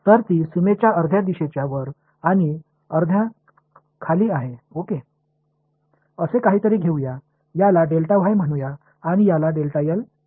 तर ती सीमेच्या अर्ध्या दिशेच्या वर आणि अर्ध्या खाली आहे ओके असे काहीतरी घेऊ या याला म्हणूया आणि याला म्हणूया